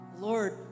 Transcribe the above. lord